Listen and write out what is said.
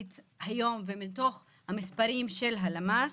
אני אומר לך שהמצב הולך ומחמיר.